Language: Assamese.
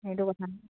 সেইটো কথা